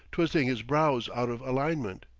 twisting his brows out of alignment.